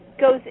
goes